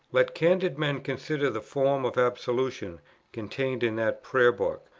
let candid men consider the form of absolution contained in that prayer book,